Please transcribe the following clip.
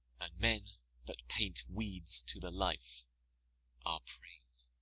and men that paint weeds to the life are prais'd.